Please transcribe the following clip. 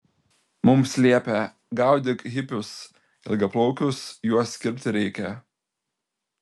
mums liepia gaudyk hipius ilgaplaukius juos kirpti reikia